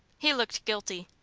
he looked guilty.